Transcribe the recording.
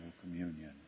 communion